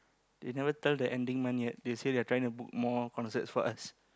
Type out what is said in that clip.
they never tell the ending month yet they say they're trying to book more concerts for us